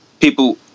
people